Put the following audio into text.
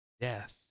death